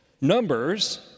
Numbers